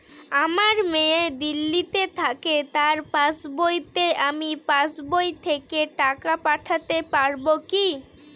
আমার মেয়ে দিল্লীতে থাকে তার পাসবইতে আমি পাসবই থেকে টাকা পাঠাতে পারব কি?